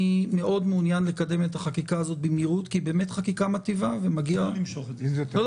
היא באמת חקיקה מיטיבה, אבל